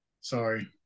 sorry